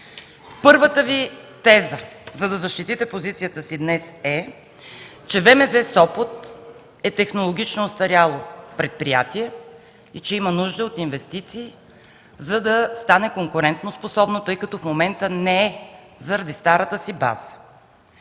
Първата Ви теза, за да защитите позицията си днес, е, че ВМЗ – Сопот, е технологично остаряло предприятие и има нужда от инвестиции, за да стане конкурентоспособно, тъй като в момента не е заради старата си база.